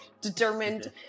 determined